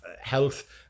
health